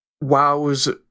Wow's